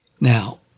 Now